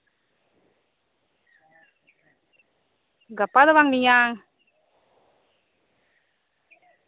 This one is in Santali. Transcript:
ᱜᱟᱯᱟ ᱫᱚ ᱵᱟᱝ ᱢᱤᱭᱟᱝ